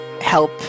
help